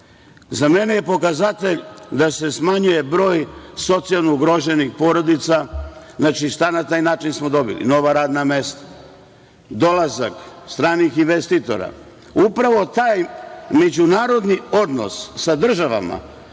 mene je pokazatelj da se smanjuje broj socijalno ugroženih porodica, znači, šta na taj način smo dobili, nova radna mesta, dolazak stranih investitora, upravo taj međunarodni odnos sa državama